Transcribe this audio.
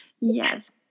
Yes